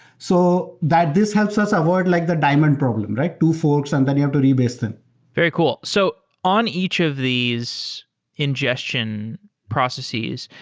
so this helps us avoid like the diamond problem, right? two folks, and then you have to rebase them very cool. so on each of these ingestion processes,